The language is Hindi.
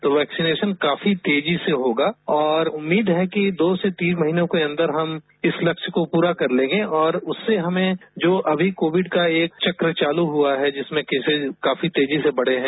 तो वैक्सीनेशन काफी तेजी से होगा और उम्मीद है कि दो से तीन महीनों के अंदर हम इस लक्ष्य को पूरा कर लेंगे और उससे हमें जो अमी कोविड का एक चक्र चालू हुआ है जिसमें केसेज काफी तेजी से बढ़े हैं